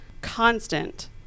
constant